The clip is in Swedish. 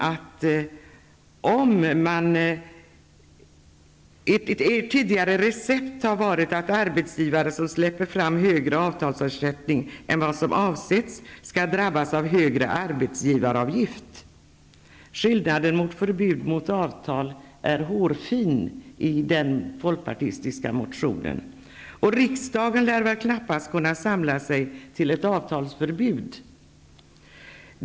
Ett tidigare recept har varit att arbetsgivare som ger en högre avtalsersättning än vad som avsetts skall drabbas av högre arbetsgivaravgift. Skillnaden mellan detta förslag i den folkpartistiska motionen och förbud mot avtal är hårfin, och riksdagen lär väl knappast kunna samla sig till ett avtalsförbud.